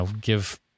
give